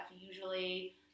usually